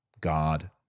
God